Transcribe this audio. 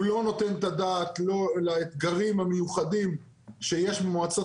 הוא לא נותן את הדעת לא לאתגרים המיוחדים שיש במועצות